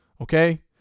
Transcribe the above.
Okay